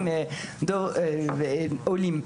עולים.